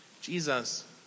Jesus